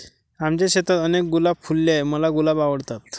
आमच्या शेतात अनेक गुलाब फुलले आहे, मला गुलाब आवडतात